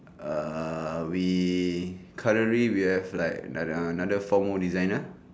err we currently we have like another uh another four more designer